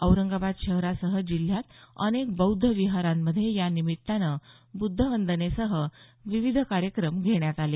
औरंगाबाद शहरासह जिल्ह्यात अनेक बौद्ध विहारांमध्ये यानिमित्तानं बुद्धवंदनेसह विविध कार्यक्रम घेण्यात आले